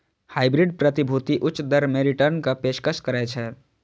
hybrid प्रतिभूति उच्च दर मे रिटर्नक पेशकश करै छै